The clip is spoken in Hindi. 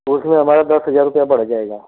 तो उसमें हमारा दस हज़ार रुपये बढ़ जाएगा